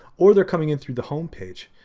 or they're coming in through the homepage.